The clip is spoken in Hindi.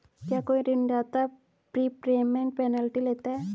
क्या कोई ऋणदाता प्रीपेमेंट पेनल्टी लेता है?